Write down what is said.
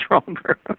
stronger